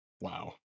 wow